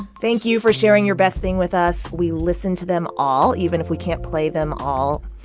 thank you for sharing your best thing with us. we listen to them all, even if we can't play them all.